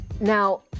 Now